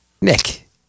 Nick